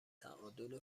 تعادل